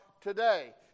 today